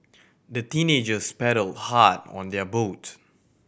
the teenagers paddled hard on their boat